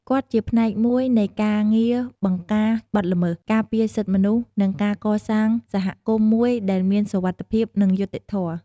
គាត់ជាផ្នែកមួយនៃការងារបង្ការបទល្មើស ការពារសិទ្ធិមនុស្ស និងការកសាងសហគមន៍មួយដែលមានសុវត្ថិភាព និងយុត្តិធម៌។